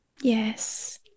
yes